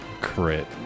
crit